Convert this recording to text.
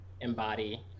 embody